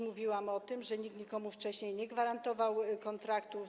Mówiłam już o tym, że nikt nikomu wcześniej nie gwarantował kontraktu.